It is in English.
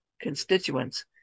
constituents